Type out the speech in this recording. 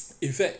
in fact